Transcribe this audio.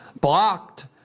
blocked